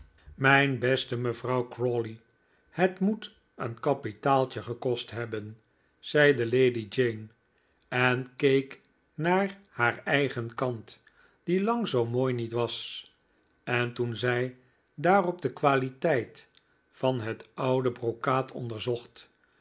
mijn beste mevrouw crawley het moet een kapitaaltje gekost hebben zeide lady jane en keek naar haar eigen kant die lang zoo mooi niet was en toen zij daarop de kwaliteit van het oude brocaat onderzocht